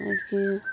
मागीर